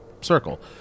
circle